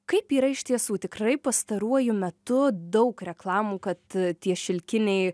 kaip yra iš tiesų tikrai pastaruoju metu daug reklamų kad tie šilkiniai